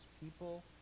people